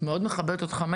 מכבדת אותך,